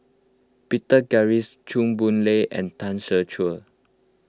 Peter Gilchrist Chua Boon Lay and Tan Ser Cher